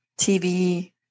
TV